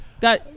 got